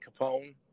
Capone